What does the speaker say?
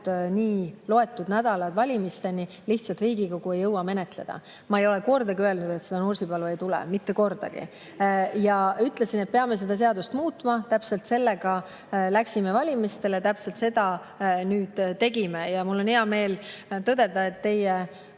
loetud nädalad, siis lihtsalt Riigikogu ei oleks jõudnud [eelnõu] menetleda. Ma ei ole kordagi öelnud, et Nursipalu ei tule, mitte kordagi. Ma ütlesin, et me peame seda seadust muutma. Täpselt sellega läksime valimistele, täpselt seda nüüd tegime. Ja mul on hea meel tõdeda, et teie